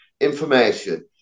information